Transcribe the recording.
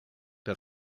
der